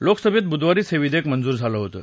लोकसभेत बुधवारीच हे विधेयक मंजूर झालं होतं